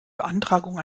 beantragung